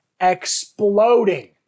exploding